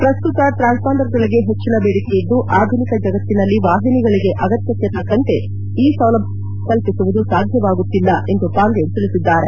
ಪ್ರಸ್ತುತ ಟ್ರಾನ್ಸ್ಫಾಂಡರ್ಗಳಿಗೆ ಹೆಚ್ಚಿನ ಬೇಡಿಕೆಯಿದ್ದು ಆಧುನಿಕ ಜಗತ್ತಿನಲ್ಲಿ ವಾಹಿನಿಗಳಿಗೆ ಅಗತ್ಯಕ್ಷೆ ತಕ್ಕಂತೆ ಈ ಸೌಲಭ್ಯ ಕಲ್ಪಿಸುವುದು ಸಾಧ್ಯವಾಗುತ್ತಿಲ್ಲ ಎಂದು ಪಾಂಡ್ಥನ್ ತಿಳಿಸಿದ್ದಾರೆ